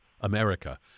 America